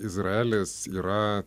izraelis yra